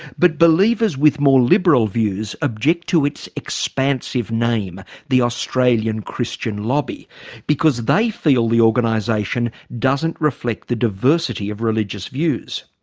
but believers with more liberal views object to its expansive name the australian christian lobby because they feel the organisation doesn't reflect the diversity of religious views.